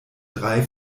drei